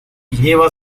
lleva